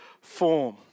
form